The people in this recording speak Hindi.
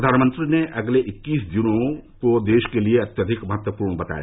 प्रधानमंत्री ने अगले इक्कीस दिनों को देश के लिए अत्यधिक महत्वपूर्ण बताया